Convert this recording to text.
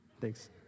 Thanks